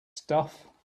stuff